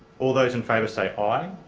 all those in favour say aye.